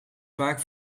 vaak